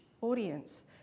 audience